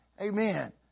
Amen